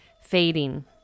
fading